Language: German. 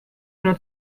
nur